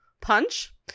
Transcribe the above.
punch